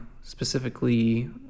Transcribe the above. specifically